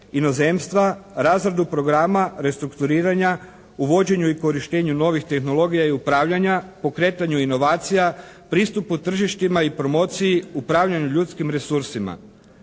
inozemstva, razradu programa restrukturiranja, uvođenju i korištenju novih tehnologija i upravljanja, pokretanju inovacija, pristupu tržištima i promociji, upravljanju ljudskih resursima.